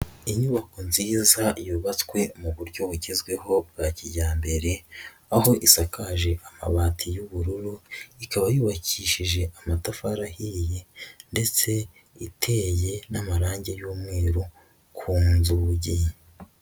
Inyubako nziza yubatswe mu buryo bugezweho bwa kijyambere, aho isakaje amabati y'ubururu, ikaba yubakishije amatafari ahiye ndetse iteye n'amarangi y'umweru ku nzuugi.